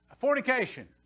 Fornication